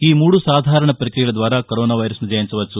ఈ మూడు సాధారణ పక్రియల ద్వారా కరోనా వైరస్ను జయించవచ్చు